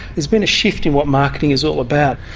there's been a shift in what marketing is all about.